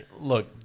Look